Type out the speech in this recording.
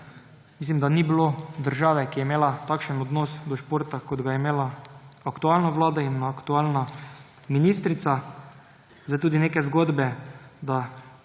Mislim, da ni bilo države, ki je imela takšen odnos do športa, kot ga je imela aktualna vlada in aktualna ministrica. Tudi neke zgodbe, da